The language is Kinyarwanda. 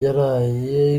yaraye